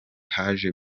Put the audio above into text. haje